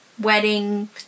wedding